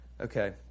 Okay